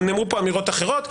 נאמרו פה אמירות אחרות.